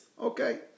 okay